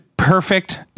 perfect